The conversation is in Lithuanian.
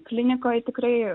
klinikoj tikrai